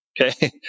Okay